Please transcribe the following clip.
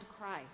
Christ